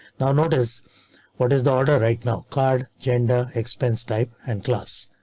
now notice what is the order right now. card gender, expense type. and class.